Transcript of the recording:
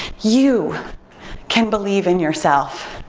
you can believe in yourself.